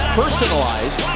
personalized